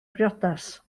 briodas